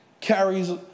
carries